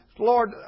Lord